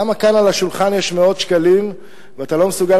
למה כאן על השולחן יש מאות שקלים ואתה לא מסוגל